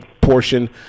portion